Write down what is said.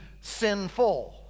sinful